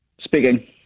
Speaking